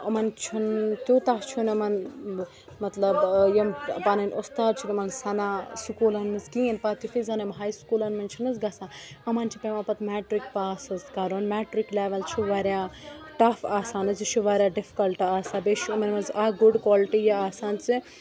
یِمَن چھُنہٕ تیوٗتاہ چھُنہٕ یِمَن مطلب یِم پَنٕنۍ اُستاد چھِ تِمَن سَنان سکوٗلَن منٛز کِہیٖنۍ پَتہٕ یُتھُے زَن یِم ہَے سکوٗلَن منٛز چھِنہٕ حظ گَژھان یِمَن چھِ پٮ۪وان پَتہٕ مٮ۪ٹرِک پاس حظ کَرُن مٮ۪ٹرِک لٮ۪وَل چھُ واریاہ ٹَف آسان حظ یہِ چھُ واریاہ ڈِفکَلٹ آسان بیٚیہِ چھُ یِمَن منٛز اَکھ گُڈ کالٹی یہِ آسان زِ